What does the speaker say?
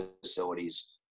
facilities